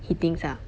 he thinks ah